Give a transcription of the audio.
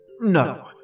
No